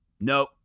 no